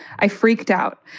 i freaked out.